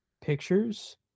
pictures